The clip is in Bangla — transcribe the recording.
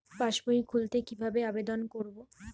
পাসবই খুলতে কি ভাবে আবেদন করব?